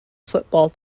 football